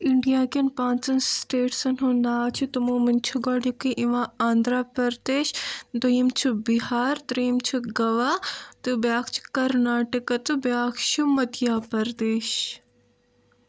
India کیٚن پانٛژن سٹیٹسن ہُند ناو چھ تمو منٛز چھ گۄڈٕنِکُے یِوان آندراپردیش دۄیم چھُ بِہار تریٚیِم چھُ گووا تہٕ بیٛاکھ چھِ کرناٹکا تہٕ بیٛاکھ چھُ مدیا پردیش